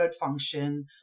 function